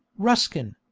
ruskin,